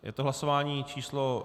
Je to hlasování číslo 285.